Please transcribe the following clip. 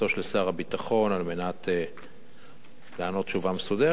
שר הביטחון על מנת לענות תשובה מסודרת.